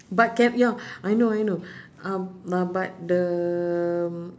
but can ya I know I know uh uh but the